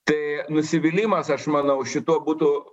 tai nusivylimas aš manau šituo būtų